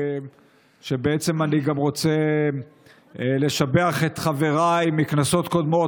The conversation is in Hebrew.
ובעצם אני רוצה גם לשבח את חבריי מכנסות קודמות,